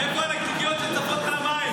חבר הכנסת חנוך מלביצקי, פעם שנייה.